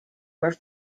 were